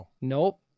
Nope